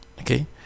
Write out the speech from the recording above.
Okay